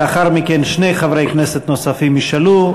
לאחר מכן שני חברי כנסת נוספים ישאלו,